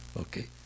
Okay